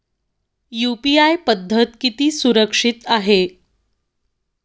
UPI पद्धत किती सुरक्षित आहे?